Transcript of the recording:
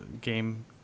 game